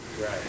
Right